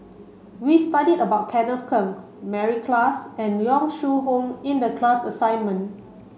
we studied about Kenneth Keng Mary Klass and Yong Shu Hoong in the class assignment